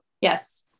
yes